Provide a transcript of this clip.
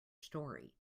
story